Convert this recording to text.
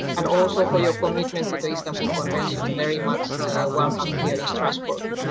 and also for your commitment to the istanbul convention, very much welcomed here in strasbourg.